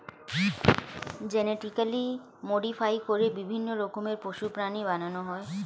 genetically modify করে বিভিন্ন রকমের পশু, প্রাণী বানানো হয়